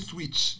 Switch